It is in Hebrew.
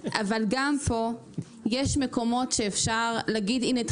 גם פה יש מקומות שאפשר להגיד: הינה,